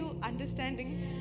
understanding